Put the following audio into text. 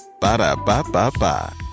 Ba-da-ba-ba-ba